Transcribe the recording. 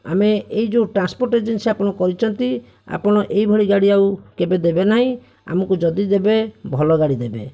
ଆମେ ଏହି ଯେଉଁ ଟ୍ରାନ୍ସପୋର୍ଟ ଏଜେନ୍ସି ଆପଣ କରିଛନ୍ତି ଆପଣ ଏହିଭଳି ଗାଡ଼ି ଆଉ କେବେ ଦେବେ ନାହିଁ ଆମକୁ ଯଦି ଦେବେ ଭଲ ଗାଡ଼ି ଦେବେ